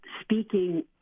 speaking